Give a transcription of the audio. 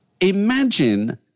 Imagine